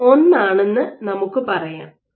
ഇത് 1 ആണെന്ന് നമുക്ക് പറയാം